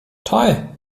toll